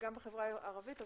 גם בחברה הערבית,